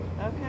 Okay